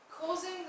causing